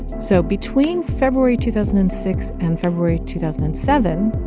so between february two thousand and six and february two thousand and seven,